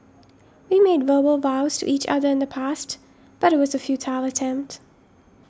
we made verbal vows to each other in the past but it was a futile attempt